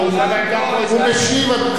זה לא העניין,